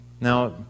Now